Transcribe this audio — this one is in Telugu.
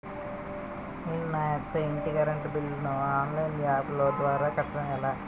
నేను నా యెక్క ఇంటి కరెంట్ బిల్ ను ఆన్లైన్ యాప్ ద్వారా కట్టడం ఎలా?